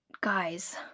Guys